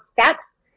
steps